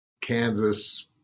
Kansas